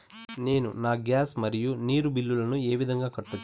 నేను నా గ్యాస్, మరియు నీరు బిల్లులను ఏ విధంగా కట్టొచ్చు?